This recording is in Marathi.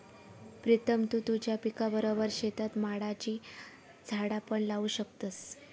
प्रीतम तु तुझ्या पिकाबरोबर शेतात माडाची झाडा पण लावू शकतस